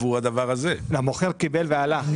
המוכר קיבל ועלה.